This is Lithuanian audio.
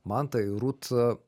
mantą į rūt